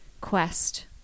quest